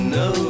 no